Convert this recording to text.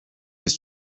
his